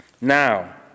Now